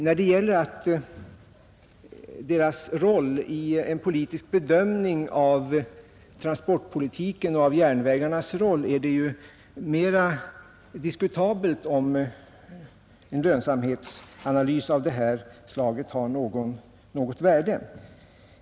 När det gäller en politisk bedömning av transportpolitiken och av järnvägarnas roll är det mera diskutabelt om en lönsamhetsanalys av det här slaget har något värde.